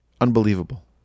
Unbelievable